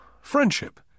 friendship